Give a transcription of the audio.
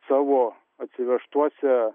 savo atsivežtuose